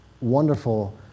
wonderful